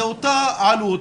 זה אותה עלות